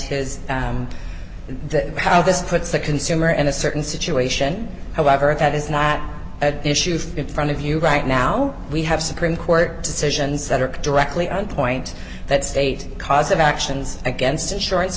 this puts the consumer and a certain situation however that is not at issue in front of you right now we have supreme court decisions that are directly on point that state because of actions against insurance